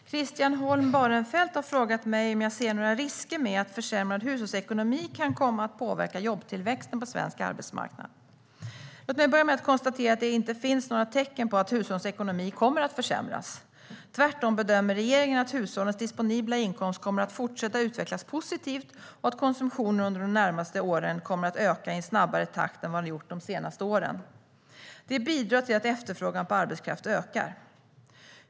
Fru talman! Christian Holm Barenfeld har frågat mig om jag ser några risker med att försämrad hushållsekonomi kan komma att påverka jobbtillväxten på svensk arbetsmarknad. Låt mig börja med att konstatera att det inte finns några tecken på att hushållens ekonomi kommer att försämras. Tvärtom bedömer regeringen att hushållens disponibla inkomst kommer att fortsätta utvecklas positivt och att konsumtionen under de närmaste åren kommer att öka i en snabbare takt än vad den gjort de senaste åren. Det bidrar till att efterfrågan på arbetskraft ökar.